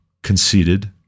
Conceited